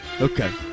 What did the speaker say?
Okay